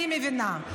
אני מבינה,